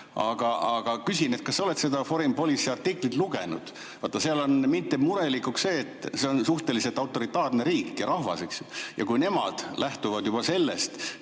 Aga küsin, kas sa oled seda Foreign Policy artiklit lugenud. Vaata, seal on ... Mind teeb murelikuks see, et see on suhteliselt autoritaarne riik ja rahvas, eks ju. Ja kui juba nemad lähtuvad sellest,